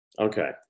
Okay